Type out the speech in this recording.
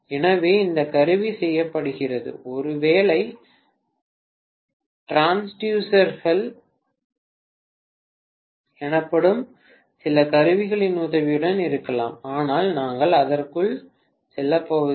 எனவே இந்த கருவி செய்யப்படுகிறது ஒருவேளை டிரான்ஸ்யூசர்கள் எனப்படும் சில கருவிகளின் உதவியுடன் இருக்கலாம் ஆனால் நாங்கள் அதற்குள் செல்லப் போவதில்லை